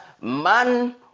man